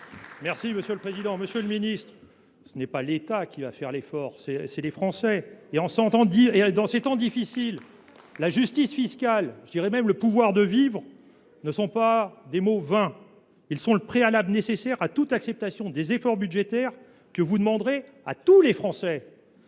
Cozic, pour la réplique. Monsieur le ministre, l’effort reposera non pas sur l’État, mais sur les Français ! En ces temps difficiles, la justice fiscale, et je dirais même le pouvoir de vivre, ne sont pas des mots vains. Ils sont le préalable nécessaire à toute acceptation des efforts budgétaires que vous demanderez à tous les Français.